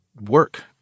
work